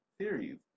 series